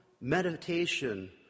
meditation